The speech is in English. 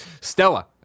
stella